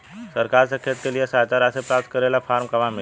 सरकार से खेत के लिए सहायता राशि प्राप्त करे ला फार्म कहवा मिली?